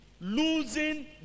losing